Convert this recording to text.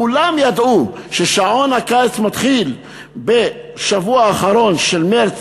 כולם ידעו ששעון הקיץ מתחיל בשבוע האחרון של מרס,